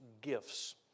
gifts